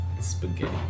Spaghetti